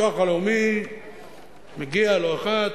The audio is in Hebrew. הביטוח הלאומי מגיע לא אחת,